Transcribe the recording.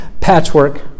patchwork